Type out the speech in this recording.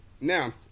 Now